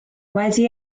wedi